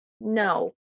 No